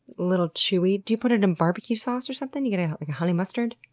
little chewy? do you put it in barbecue sauce or something? you get like a honey mustard?